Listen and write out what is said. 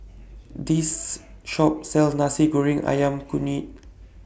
This Shop sells Nasi Goreng Ayam Kunyit